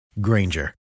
Granger